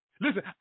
Listen